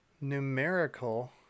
Numerical